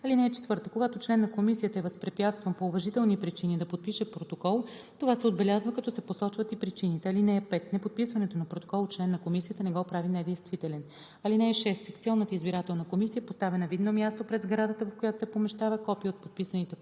(4) Когато член на комисията е възпрепятстван по уважителни причини да подпише протокол, това се отбелязва, като се посочват и причините. (5) Неподписването на протокол от член на комисията не го прави недействителен. (6) Секционната избирателна комисия поставя на видно място пред сградата, в която се помещава, копие от подписаните протоколи,